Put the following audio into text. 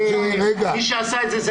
מי שעשה את זה,